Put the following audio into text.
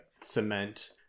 cement